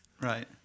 right